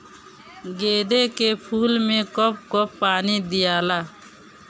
गेंदे के फूल मे कब कब पानी दियाला?